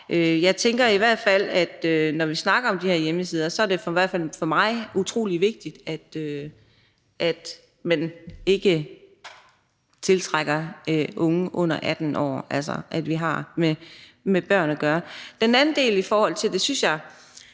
Jeg tænker i hvert fald, at det, når vi snakker om de her hjemmesider, for mig er utrolig vigtigt, at man ikke tiltrækker unge under 18 år, altså at vi ikke har med børn at gøre. Hvad angår den anden del, så synes jeg,